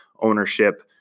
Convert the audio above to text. ownership